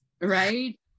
right